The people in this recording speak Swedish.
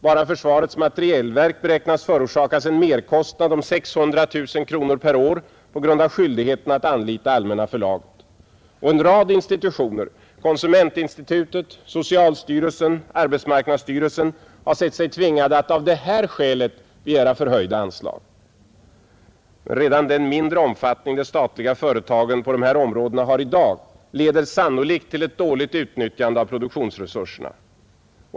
Bara försvarets materielverk beräknas Ti & isdagen den förorsakas en merkostnad om 600 000 kronor per år på grund av 30 mars 1971 skyldigheten att anlita Allmänna förlaget. En rad institutioner — konsumentinstitutet, socialstyrelsen, arbetsmarknadsstyrelsen etc. — har Ang. erfarenheterna sett sig tvingade att av detta skäl begära förhöjda anslag. Redan den av försöken att vidga mindre omfattning de statliga företagen på dessa områden har i dag leder den statliga företagsannolikt till ett dåligt utnyttjande av produktionsresurserna.